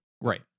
Right